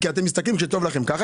כי אתם מסתכלים כשטוב לכם כך,